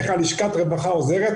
איך לשכת הרווחה עוזרת,